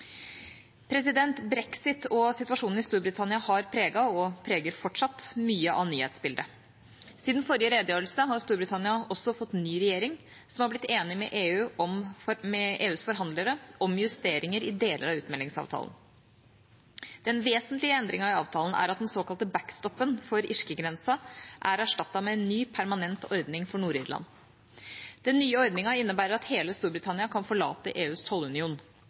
Brexit og situasjonen i Storbritannia har preget, og preger fortsatt, mye av nyhetsbildet. Siden forrige redegjørelse har Storbritannia fått ny regjering, som har blitt enig med EUs forhandlere om justeringer i deler av utmeldingsavtalen. Den vesentlige endringen i avtalen er at den såkalte «backstop-en» for irskegrensen er erstattet med en ny, permanent ordning for Nord-Irland. Den nye ordningen innebærer at hele Storbritannia kan forlate EUs tollunion.